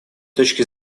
точки